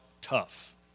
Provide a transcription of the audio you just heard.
tough